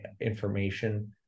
information